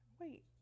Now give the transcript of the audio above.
wait